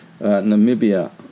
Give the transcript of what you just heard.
Namibia